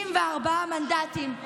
64 מנדטים,